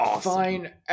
fine